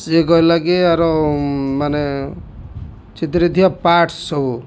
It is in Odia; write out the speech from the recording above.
ସିଏ କହିଲା କି ଆର ମାନେ ସେଥିରେ ଥିବା ପାର୍ଟସ୍ ସବୁ